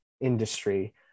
industry